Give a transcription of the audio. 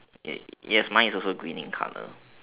yeah yes mine is also green in colour